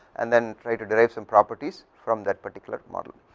and then try to derive some properties from that particular model.